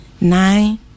nine